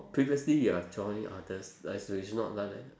previously you have join others done at